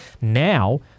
Now